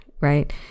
right